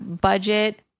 budget